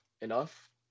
enough